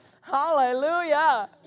hallelujah